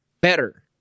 better